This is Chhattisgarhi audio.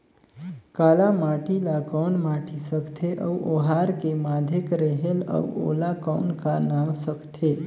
काला माटी ला कौन माटी सकथे अउ ओहार के माधेक रेहेल अउ ओला कौन का नाव सकथे?